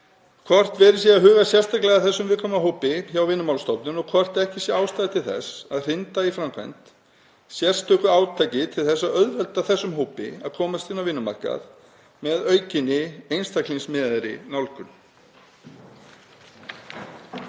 hvort verið sé að huga sérstaklega að þessum viðkvæma hópi hjá Vinnumálastofnun og hvort ekki sé ástæða til þess að hrinda í framkvæmd sérstöku átaki til að auðvelda þessum hópi að komast inn á vinnumarkað, með aukinni einstaklingsmiðaðri nálgun.